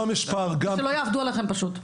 פשוט שלא יעבדו עליכם.